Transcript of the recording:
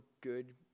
good